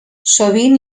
sovint